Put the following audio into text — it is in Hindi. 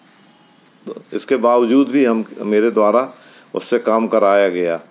तो इसके बावजूद भी हम मेरे द्वारा उससे काम कराया गया